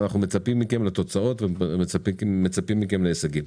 ואנחנו מצפים מכם לתוצאות ומצפים מכם להישגים.